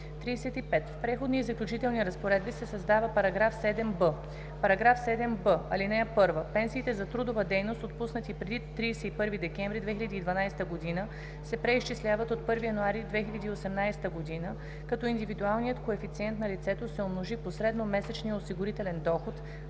„35. В Преходни и заключителни разпоредби се създава § 7б: „§ 7б. (1) Пенсиите за трудова дейност, отпуснати преди 31 декември 2012 г. се преизчисляват от 1 януари 2018 г., като индивидуалният коефициент на лицето се умножи по средномесечния осигурителен доход